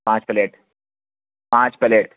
پانچ پلیٹ پانچ پلیٹ